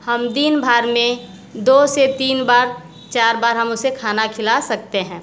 हम दिन भर में दो से तीन बार चार बार हम उसे खाना खिला सकते हैं